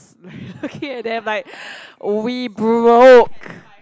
okay never mind we broke